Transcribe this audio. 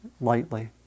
lightly